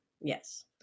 Yes